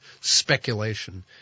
speculation